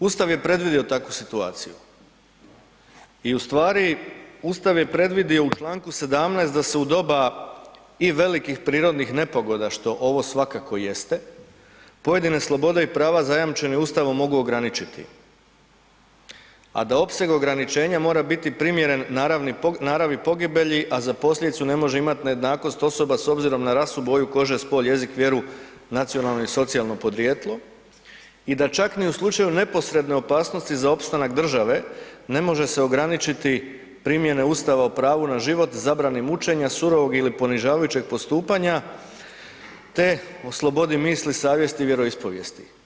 Ustav je predvidio takvu situaciju i ustvari Ustav je predvidio u čl. 17. da se u doba i velikih prirodnih nepogoda, što ovo svakako jeste, pojedine slobode i prava zajamčene Ustavom mogu ograničiti, a da opseg ograničenja mora biti primjeren naravi pogibelji, a za posljedicu ne može imat nejednakost osoba s obzirom na rasu, boju kože, spol, jezik, vjeru, nacionalno i socijalno podrijetlo i da čak ni u slučaju neposredne opasnosti za opstanak države ne može se ograničiti primjene Ustava o pravu na život, zabrani mučenja, surovog ili ponižavajućeg postupanja, te o slobodi misli, savjesti i vjeroispovijesti.